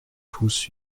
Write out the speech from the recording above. tous